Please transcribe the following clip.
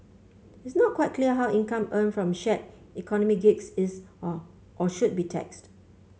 it's not quite clear how income earned from shared economy gigs is or or should be taxed